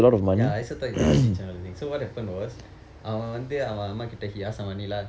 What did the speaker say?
ya I also thought he was rich and all that thing so what happened was அவன் வந்து அவன் அம்மாகிட்ட:avan vandthu avan ammaakitta he ask some money lah